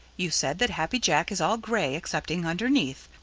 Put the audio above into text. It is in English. you said that happy jack is all gray excepting underneath.